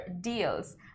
deals